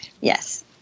Yes